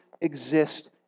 exist